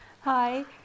Hi